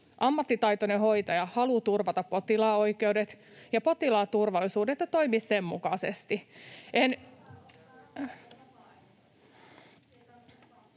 Ammattitaitoinen hoitaja haluaa turvata potilaan oikeudet ja potilaan turvallisuuden ja toimii sen mukaisesti.